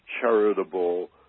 charitable